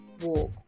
walk